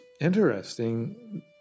interesting